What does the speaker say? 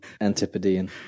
antipodean